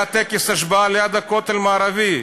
היה טקס השבעה ליד הכותל המערבי.